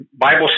Bible